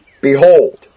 behold